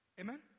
Amen